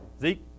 Zeke